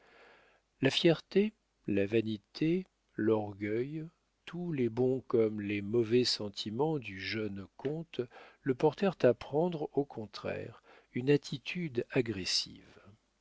la fierté la vanité l'orgueil tous les bons comme les mauvais sentiments du jeune comte le portèrent à prendre au contraire une attitude agressive